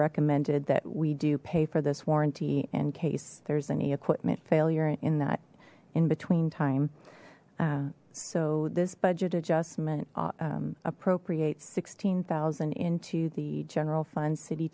recommended that we do pay for this warranty in case there's any equipment failure in that in between time so this budget adjustment appropriates sixteen thousand into the general fund city